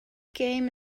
game